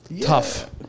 tough